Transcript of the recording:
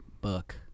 book